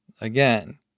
again